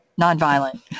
nonviolent